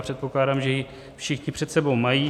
Předpokládám, že ji všichni před sebou mají.